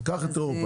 קחי את אירופה.